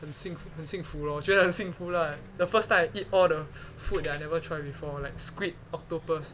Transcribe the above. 很幸福很幸福 lor 觉得很幸福 lah the first time I eat all the food that I never try before like squid octopus